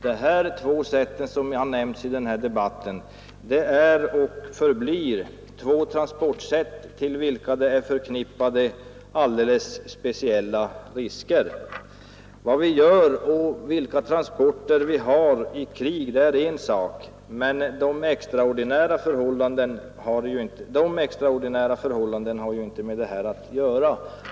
De två sätt som nämnts i den här debatten är och förblir två transportsätt med vilka alldeles speciella risker är förknippade. Vad vi gör och vilka transporter vi använder oss av i krig är en sak, men de extraordinära förhållandena har ju inte med det här att göra.